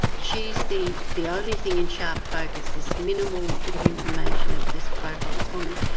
she's the the only thing in sharp focus, this minimal bit of information of this profile, this woman,